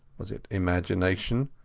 was it imagination,